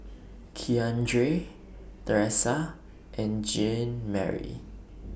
Keandre Tresa and Jeanmarie